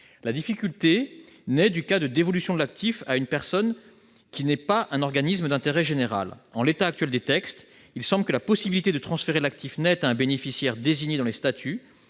La difficulté naît du cas de dévolution de l'actif à une personne qui n'est pas un organisme d'intérêt général. En l'état actuel des textes, il semble que la possibilité de transférer l'actif net à un bénéficiaire désigné dans les statuts,